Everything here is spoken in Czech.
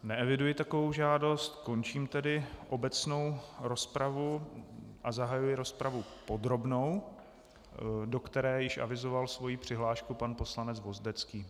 Neeviduji takovou žádost, končím tedy obecnou rozpravu a zahajuji rozpravu podrobnou, do které již avizoval svoji přihlášku pan poslanec Vozdecký.